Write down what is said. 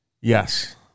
yes